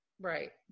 Right